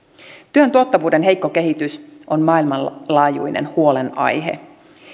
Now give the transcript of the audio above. työn tuottavuuden heikko kehitys on maailmanlaajuinen huolenaihe